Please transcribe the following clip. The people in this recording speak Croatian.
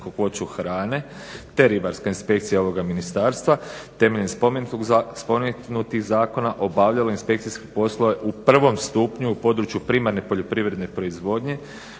hrane, te ribarska inspekcija ovoga Ministarstva temeljem spomenutih zakona obavljalo inspekcijske poslove u prvom stupnju u području primarne poljoprivredne proizvodnje,